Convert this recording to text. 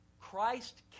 Christ